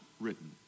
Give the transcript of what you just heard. written